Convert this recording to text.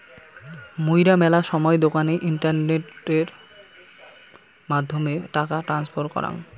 মুইরা মেলা সময় দোকানে ইন্টারনেটের মাধ্যমে টাকা ট্রান্সফার করাং